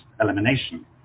elimination